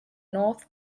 north